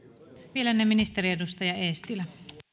vielä ennen ministeriä edustaja eestilä